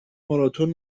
ماراتن